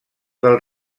del